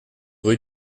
rue